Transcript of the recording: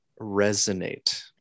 resonate